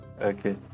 okay